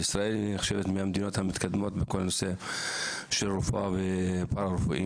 וישראל נחשבת מהמדינות המתקדמות בכל הנושא של רפואה ופארה-רפואי.